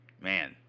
Man